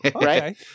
right